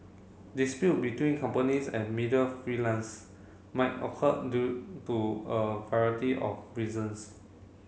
dispute between companies and media freelance might occur due to a variety of reasons